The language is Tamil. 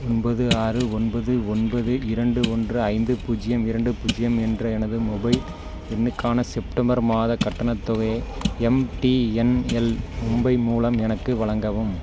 ஒன்பது ஆறு ஒன்பது ஒன்பது இரண்டு ஒன்று ஐந்து பூஜ்ஜியம் இரண்டு பூஜ்ஜியம் என்ற எனது மொபைல் எண்ணுக்கான செப்டம்பர் மாதக் கட்டணத் தொகையை எம்டிஎன்எல் மும்பை மூலம் எனக்கு வழங்கவும்